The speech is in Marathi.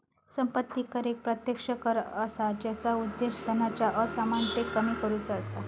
संपत्ती कर एक प्रत्यक्ष कर असा जेचा उद्देश धनाच्या असमानतेक कमी करुचा असा